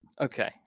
Okay